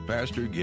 Pastor